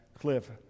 cliff